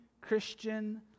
Christian